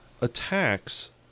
attacks